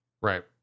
right